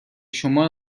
شما